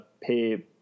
pay